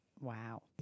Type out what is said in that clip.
wow